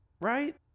right